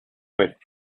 with